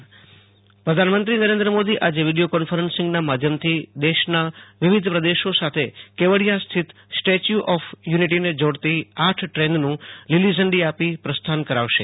પ્રધાનમંત્રીઃકેવડિયાઃ પ્રધાનમંત્રી નુરૈન્દ્ર મોદી આજે વીડિયો કોન્ફરન્સિંગના માધ્યમથી દેશના વિવિધ પ્રદેશો સાથે કેવડિયાસ્થિત સ્ટેચ્યુ ઓફ યુનિટીને જોડતી આઠ ટ્રેનનું લીલી ઝેડી આપી પ્રસ્થાન કરાવશે